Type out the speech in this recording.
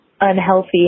unhealthy